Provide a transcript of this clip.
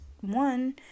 one